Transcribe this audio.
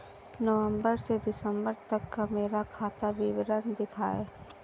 नवंबर से दिसंबर तक का मेरा खाता विवरण दिखाएं?